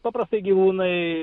paprastai gyvūnai